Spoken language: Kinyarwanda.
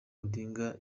odinga